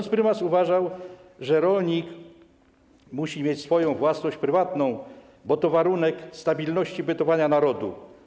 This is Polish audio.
Ks. prymas uważał, że rolnik musi mieć swoją własność prywatną, bo to warunek stabilności bytowania narodu.